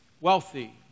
wealthy